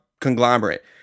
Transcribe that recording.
conglomerate